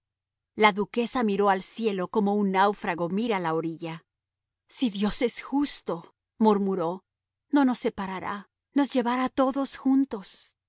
la duquesa miró al cielo como un náufrago mira la orilla si dios es justo murmuró no nos separará nos llevará a todos juntos